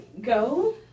go